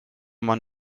man